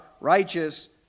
righteous